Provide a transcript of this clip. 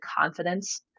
confidence